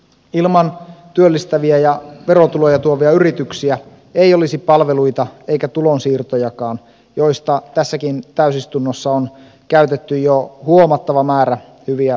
ilman työllistäviä ja verotuloja tuovia yrityksiä ei olisi palveluita eikä tulonsiirtojakaan joista tässäkin täysistunnossa on käytetty jo huomattava määrä hyviä puheenvuoroja